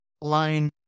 line